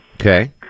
Okay